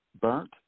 burnt